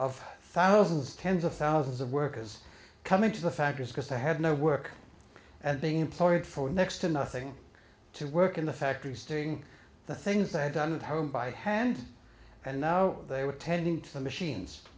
of thousands tens of thousands of workers coming to the factories because they had no work and being employed for next to nothing to work in the factories doing the things i had done at home by hand and now they were tending to the machines